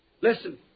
Listen